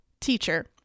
teacher